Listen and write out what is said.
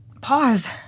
pause